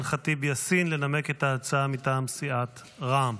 ח'טיב יאסין לנמק את ההצעה מטעם סיעת רע"מ.